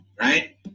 right